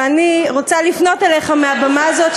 אבל אני רוצה לפנות מהבמה הזאת,